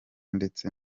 ndetse